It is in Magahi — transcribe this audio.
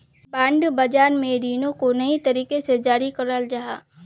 बांड बाज़ार में रीनो को नए तरीका से जारी कराल जाहा